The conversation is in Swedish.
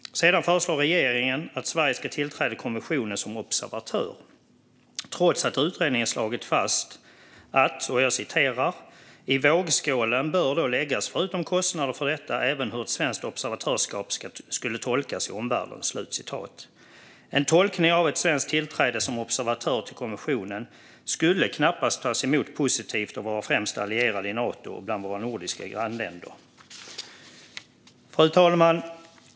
Sedan föreslår regeringen att Sverige ska tillträda konventionen som observatör trots att utredningen slagit fast följande: "I vågskålen bör då läggas förutom kostnader för detta även hur ett svenskt observatörskap skulle tolkas i omvärlden." En tolkning av ett svenskt tillträde som observatör till konventionen skulle knappast tas emot positivt av våra främsta allierade i Nato och bland våra nordiska grannländer. Fru talman!